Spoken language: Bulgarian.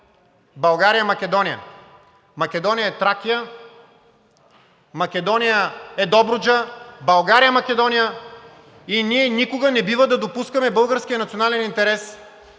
България е Македония. Македония е Тракия, Македония е Добруджа, България е Македония и ние никога не бива да допускаме българският национален интерес